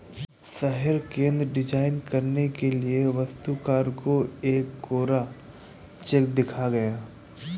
शहर केंद्र डिजाइन करने के लिए वास्तुकार को एक कोरा चेक दिया गया